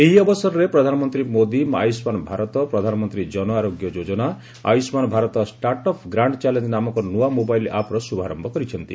ଏହି ଅବସରରେ ପ୍ରଧାନମନ୍ତ୍ରୀ ମୋଦୀ ଆୟୁଷ୍କାନ୍ ଭାରତ ପ୍ରଧାନମନ୍ତ୍ରୀ ଜନଆରୋଗ୍ୟ ଯୋଜନା Ayushman Bharat start of grand challenge ନାମକ ନ୍ତଆ ମୋବାଇଲ୍ ଆପ୍ର ଶୁଭାରମ୍ଭ କରିଛନ୍ତି